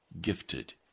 gifted